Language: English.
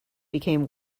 became